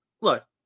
look